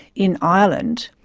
in ireland,